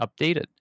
updated